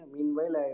Meanwhile